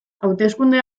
hauteskunde